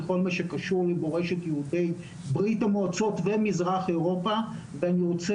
בכל מה שקשור למורשת יהודי ברית המועצות ומזרח אירופה ואני רוצה